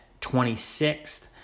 26th